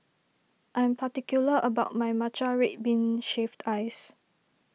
I am particular about my Matcha Red Bean Shaved Ice